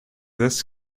this